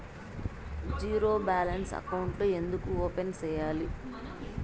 zero balance అకౌంట్లు ఎందుకు open సేయాలి